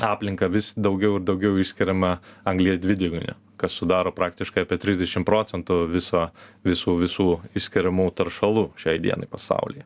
aplinką vis daugiau ir daugiau išskiriama anglies dvideginio kas sudaro praktiškai apie trisdešim procentų viso visų visų išskiriamų teršalų šiai dienai pasaulyje